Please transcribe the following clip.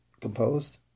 composed